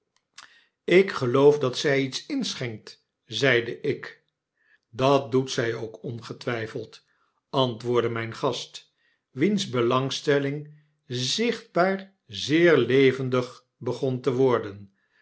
ik geloof dat zy iets inschenkt zeide ik dat doet zy ook ongetwyfeld antwoordde mijn gast wiens belangstelling zichtbaar zeer levendig begon te worden